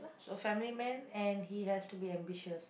a family man and he has to be ambitious